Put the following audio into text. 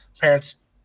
Parents